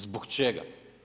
Zbog čega?